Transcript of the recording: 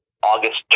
August